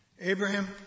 Abraham